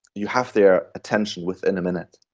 you have their attention within a minute,